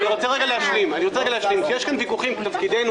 כשיש כאן ויכוחים, תפקידנו